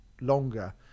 longer